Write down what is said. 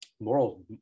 Moral